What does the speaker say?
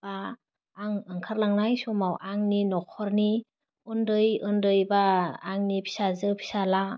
बा आं ओंखारलानाय समाव आंनि नख'रनि उन्दै उन्दै बा आंनि फिसाजो फिसाला